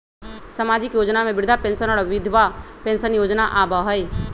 सामाजिक योजना में वृद्धा पेंसन और विधवा पेंसन योजना आबह ई?